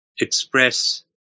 express